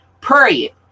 Period